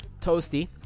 Toasty